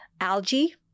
algae